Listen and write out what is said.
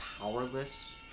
powerless